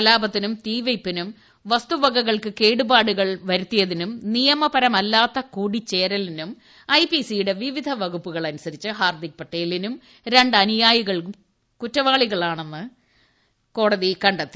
കലാപത്തിനും തീവെയ്പ്പിനും വസ്തു വകകൾക്ക് കേടുപാടുകൾ വരുത്തിയതിനും നിയമപരമല്ലാത്ത കൂടിച്ചേരലിനും ഐ പി സിയുടെ വിവിധ വകുപ്പുകൾ അനുസരിച്ച് ഹർദ്ദിക് പട്ടേലും ര ് അനുയായികളും കുറ്റവാളികളാണെന്ന് കോടതി കടെ ത്തി